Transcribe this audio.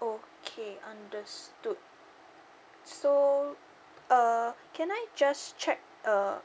okay understood so uh can I just check uh